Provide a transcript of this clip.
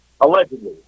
allegedly